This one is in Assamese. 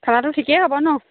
খেলাটো ঠিকেই হ'ব ন